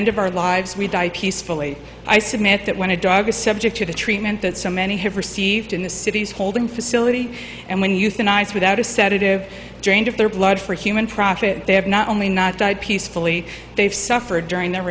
end of our lives we die peacefully i submit that when a dog is subject to the treatment that so many have received in the city's holding facility and when euthanized without a sedative if their blood for human profit they have not only not died peacefully they've suffered during their